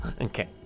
Okay